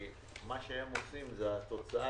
כתוצאה